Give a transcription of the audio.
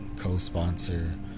co-sponsor